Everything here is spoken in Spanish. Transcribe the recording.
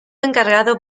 encargado